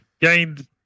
gained